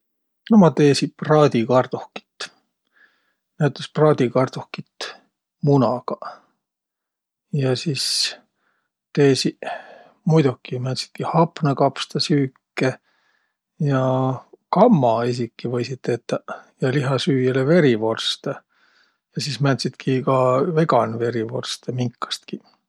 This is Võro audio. No ma teesiq praadikardohkit, näütüses praadikardohkit munagaq. Ja sis teesiq muidoki määntsitki hapnõkapstasüüke ja kamma esiki võisiq tetäq ja lihasüüjäle verivorstõ ja sis määntsitki ka veganverivorstõ minkastki.